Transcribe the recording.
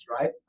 right